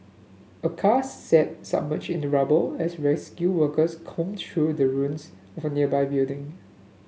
a car sat submerged in the rubble as rescue workers combed through the ruins of a nearby building